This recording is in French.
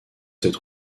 cette